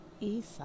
Isa